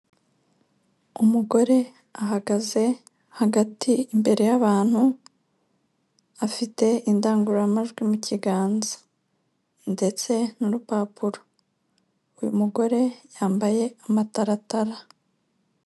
Umugore ahagaze hagati imbere y'abantu afite indangururamajwi mu kiganza ndetse n'urupapuro, uyu mugore yambaye amataratara.